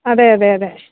അതെയതെയതെ